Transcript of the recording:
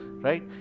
right